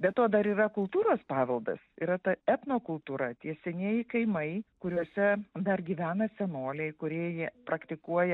be to dar yra kultūros paveldas yra ta etnokultūra tie senieji kaimai kuriuose dar gyvena senoliai kurie jie praktikuoja